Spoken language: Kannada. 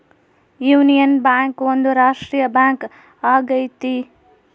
ಯೂನಿಯನ್ ಬ್ಯಾಂಕ್ ಒಂದು ರಾಷ್ಟ್ರೀಯ ಬ್ಯಾಂಕ್ ಆಗೈತಿ